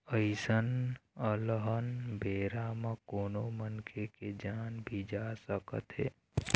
अइसन अलहन बेरा म कोनो मनखे के जान भी जा सकत हे